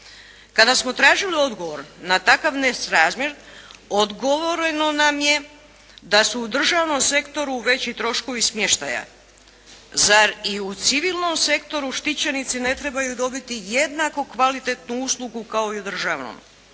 Kada smo tražili odgovor na takav nesrazmjer, odgovoreno nam je da su u državnom sektoru veći troškovi smještaja. Zar i u civilnom sektoru štićenici ne trebaju dobiti jednako kvalitetnu uslugu kao i u državnom.